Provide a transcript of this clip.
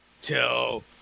till